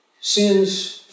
sins